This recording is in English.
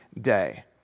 day